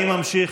אני ממשיך.